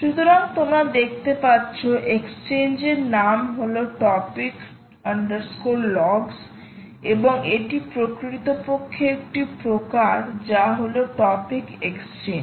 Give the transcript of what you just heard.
সুতরাংতোমরা দেখতে পাচ্ছ এক্সচেঞ্জের নাম হল টপিক লগস topic logs এবং এটি প্রকৃতপক্ষে একটি প্রকার যা হল টপিক এক্সচেঞ্জ